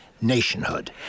nationhood